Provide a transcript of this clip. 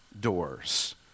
doors